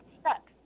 stuck